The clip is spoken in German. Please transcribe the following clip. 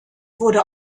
wurde